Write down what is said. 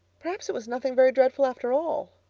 perhaps it was nothing very dreadful after all.